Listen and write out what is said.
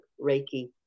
Reiki